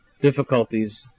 difficulties